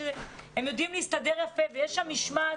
שהם יודעים להסתדר יפה ושיש שם משמעת.